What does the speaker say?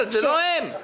זה לא הם.